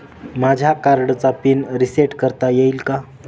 माझ्या कार्डचा pin reset करता येईल का?